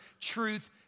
truth